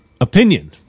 opinion